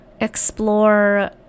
explore